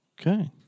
Okay